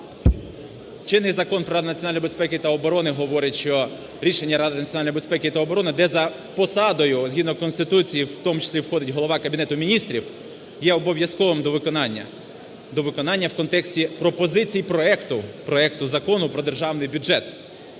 Чинний Закон про Раду національної безпеки та оборони говорить, що рішення Ради національної безпеки та оборони, де за посадою, згідно Конституції, в тому числі входить голова Кабінету Міністрів, є обов'язковим до виконання, до виконання в контексті пропозицій проекту, проекту Закону про Державний бюджет.